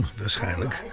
waarschijnlijk